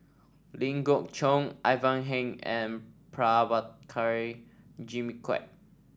Ling Geok Choon Ivan Heng and Prabhakara Jimmy Quek